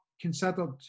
considered